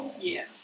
Yes